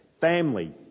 family